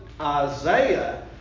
Isaiah